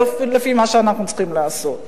לא לפי מה שאנחנו צריכים לעשות.